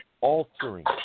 altering